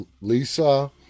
Lisa